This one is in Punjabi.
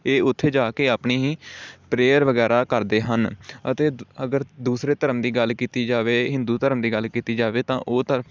ਇਹ ਉੱਥੇ ਜਾ ਕੇ ਆਪਣੀ ਪ੍ਰੇਅਰ ਵਗੈਰਾ ਕਰਦੇ ਹਨ ਅਤੇ ਅਗਰ ਦੂਸਰੇ ਧਰਮ ਦੀ ਗੱਲ ਕੀਤੀ ਜਾਵੇ ਹਿੰਦੂ ਧਰਮ ਦੀ ਗੱਲ ਕੀਤੀ ਜਾਵੇ ਤਾਂ ਉਹ ਧਰਮ